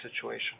situation